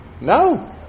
No